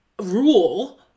rule